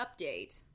update